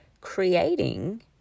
creating